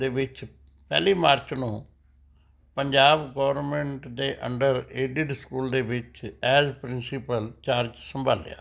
ਦੇ ਵਿੱਚ ਪਹਿਲੀ ਮਾਰਚ ਨੂੰ ਪੰਜਾਬ ਗੌਰਮਿੰਟ ਦੇ ਅੰਡਰ ਏਡਿਡ ਸਕੂਲ ਦੇ ਵਿੱਚ ਐਜ਼ ਪ੍ਰਿੰਸੀਪਲ ਚਾਰਜ ਸੰਭਾਲਿਆ